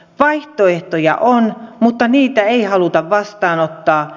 vaihtoehtoja on mutta niitä ei haluta vastaanottaa